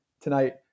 tonight